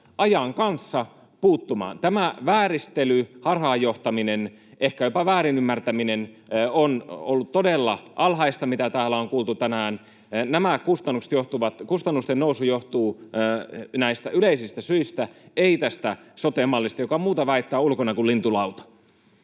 ajan kanssa puuttumaan. Tämä vääristely, harhaanjohtaminen, ehkä jopa väärin ymmärtäminen, mitä täällä on kuultu tänään, on ollut todella alhaista. Kustannusten nousu johtuu näistä yleisistä syistä, ei tästä sote-mallista. Joka muuta väittää, on ulkona kuin lintulauta.